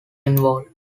involved